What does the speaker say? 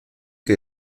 que